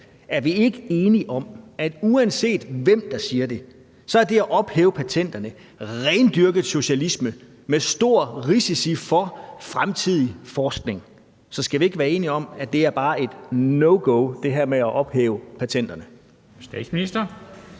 er vi så ikke enige om, at uanset hvem der siger det, så er det at ophæve patenterne rendyrket socialisme med store risici for den fremtidige forskning? Så skal vi ikke være enige om, at det her med at ophæve patenterne bare er